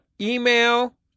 email